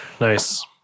Nice